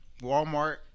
Walmart